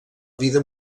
vida